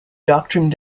doctrine